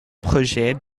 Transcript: projet